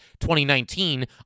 2019